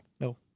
No